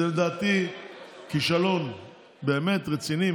זה לדעתי כישלון באמת רציני,